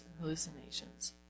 hallucinations